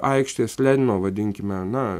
aikštės lenino vadinkime na